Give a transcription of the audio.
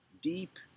deep